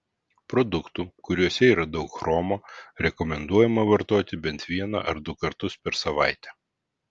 produktų kuriuose yra daug chromo rekomenduojama vartoti bent vieną ar du kartus per savaitę